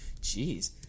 Jeez